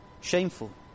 shameful